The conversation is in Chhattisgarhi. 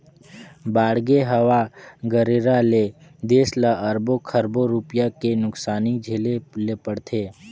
बाड़गे, हवा गरेरा ले देस ल अरबो खरबो रूपिया के नुकसानी झेले ले परथे